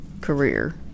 career